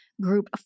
Group